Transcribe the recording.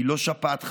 היא לא שפעת חמורה.